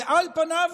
ועל פניו